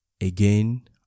Again